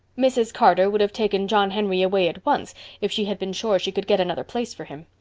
mrs. carter would have taken john henry away at once if she had been sure she could get another place for him.